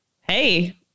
Hey